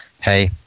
hey